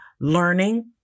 learning